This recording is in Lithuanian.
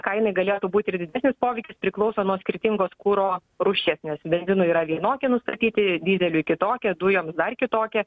kainai galėtų būti ir didesnis poveikis priklauso nuo skirtingos kuro rūšies nes benzinui yra vienokie nustatyti dyzeliui kitokie dujomis dar kitokie